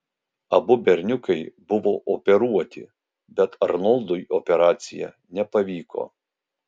abu berniukai buvo operuoti bet arnoldui operacija nepavyko